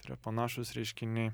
yra panašūs reiškiniai